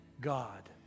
God